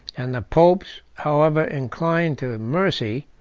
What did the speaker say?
and the popes, however inclined to mercy,